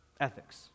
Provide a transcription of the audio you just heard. Ethics